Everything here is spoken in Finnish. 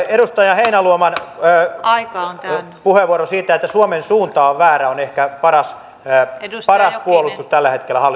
edustaja heinäluoman puheenvuoro siitä että suomen suunta on väärä on ehkä paras puolustus tällä hetkellä hallituksen linjalle